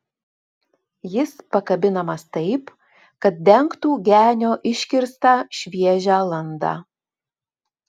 jis pakabinamas taip kad dengtų genio iškirstą šviežią landą